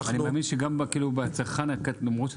ואני מאמין שגם הצרכנים הקטנים.